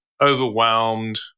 overwhelmed